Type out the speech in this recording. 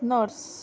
nurse